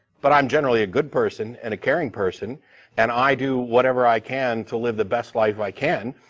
but i'm generally a good person and a caring person and i do whatever i can to live the best life i can.